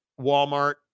Walmart